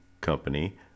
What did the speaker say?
Company